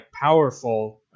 powerful